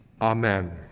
Amen